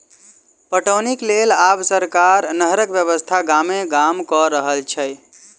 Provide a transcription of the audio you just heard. पटौनीक लेल आब सरकार नहरक व्यवस्था गामे गाम क रहल छै